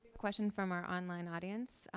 question from our online audience.